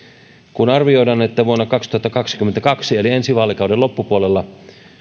kun arvioidaan että vuonna kaksituhattakaksikymmentäkaksi eli ensi vaalikauden loppupuolella